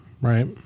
right